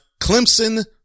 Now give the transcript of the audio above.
Clemson